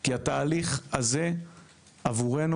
כי התהליך הזה עבורנו,